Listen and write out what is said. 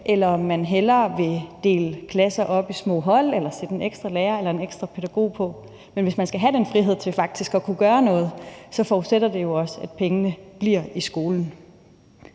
eller om de hellere vil dele klasser op i små hold eller sætte en ekstra lærer eller en ekstra pædagog på. Men hvis man skal have den frihed til faktisk at kunne gøre noget, så forudsætter det jo også, at pengene bliver i skolen.